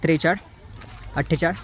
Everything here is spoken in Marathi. त्रेचाळ अट्ठेचाळ